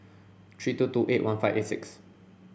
three two two eight one five six eight